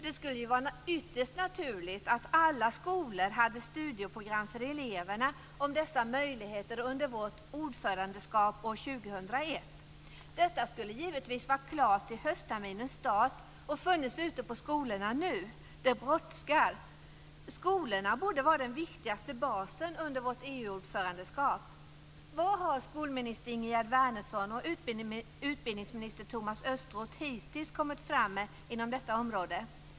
Det skulle ju vara ytterst naturligt att alla skolor hade studieprogram för eleverna om dessa möjligheter under vårt ordförandeskap år 2001. Detta skulle givetvis ha varit klart till höstterminens start och funnits ute på skolorna nu. Det brådskar. Skolorna borde vara den viktigaste basen under vårt EU-ordförandeskap. Vad har skolminister Ingegerd Wärnersson och utbildningsminister Thomas Östros hittills kommit fram med inom detta område?